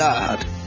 God